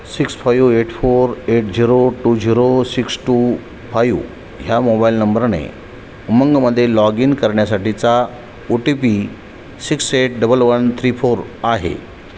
six five eight four eight zero two zero six two five ह्या mobile नंबरने उमंगमध्ये log in करण्यासाठीचा O T P six eight double one three four आहे